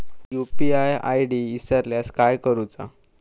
UPI ID इसरल्यास काय करुचा?